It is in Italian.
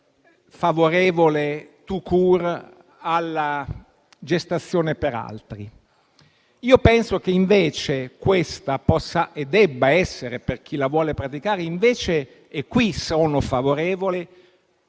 favorevole *tout-court* alla gestazione per altri. Io penso che invece questa possa e debba essere, per chi la vuole praticare - e a questo sono favorevole